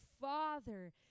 father